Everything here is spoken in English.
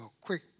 quick